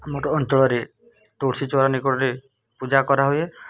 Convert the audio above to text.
ଆମର ଅଞ୍ଚଳରେ ତୁଳସୀ ଚଉରା ନିକଟରେ ପୂଜା କରାହୁଏ